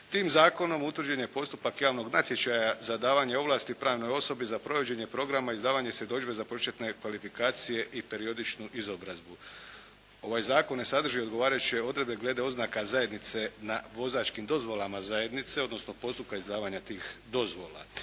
Tim zakonom utvrđen je postupak javnog natječaja za davanje ovlasti pravnoj osobi za provođenje programa izdavanje svjedodžbe za početne kvalifikacije i periodičnu izobrazbu. Ovaj zakon ne sadrži odgovarajuće odredbe glede oznaka zajednice na vozačkim dozvolama zajednice, odnosno postupka izdavanja tih dozvola.